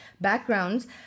backgrounds